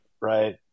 right